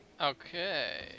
Okay